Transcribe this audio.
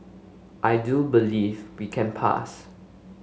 I do believe we can pass